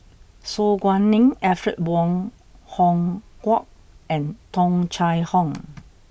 Su Guaning Alfred Wong Hong Kwok and Tung Chye Hong